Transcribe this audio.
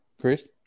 Chris